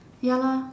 ya lor